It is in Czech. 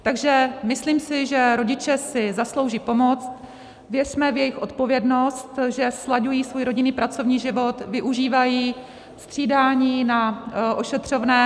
Takže myslím si, že rodiče si zaslouží pomoct, věřme v jejich odpovědnost, že slaďují svůj rodinný a pracovní život, využívají střídání na ošetřovném.